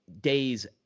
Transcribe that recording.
days